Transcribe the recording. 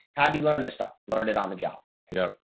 how'd you learn this stuff? learn it on the job. yup.